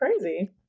crazy